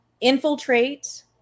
infiltrate